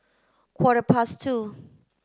quarter past two